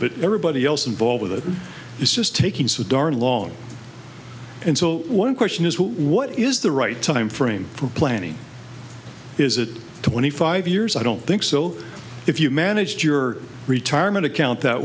but everybody else involved with it is just taking so darn long and so one question is what is the right timeframe for planning is it twenty five years i don't think so if you managed your retirement account that